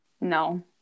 No